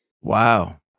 wow